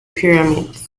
pyramids